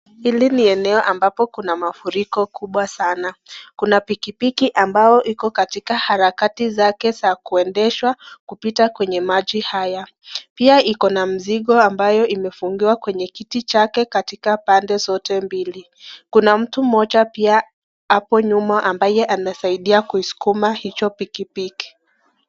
Hili ni eneo ambapo kuna mafuriko kubwa sana. Kuna pikipiki ambayo iko katika harakati zake za kuendeshwa kupita kwenye maji haya. Pia ikona mzigo ambayo imefungiwa kwenye kiti chake katika pande zote mbili. Kuna mtu mmoja pia hapo nyuma ambaye anasaidia kuisukuma hicho pikipiki.